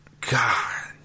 God